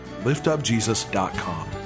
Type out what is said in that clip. liftupjesus.com